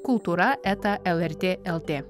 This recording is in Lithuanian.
kultūra eta lrt lt